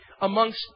amongst